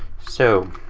so